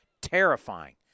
terrifying